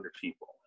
people